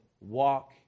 walk